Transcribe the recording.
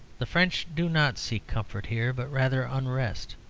the french do not seek comfort here, but rather unrest.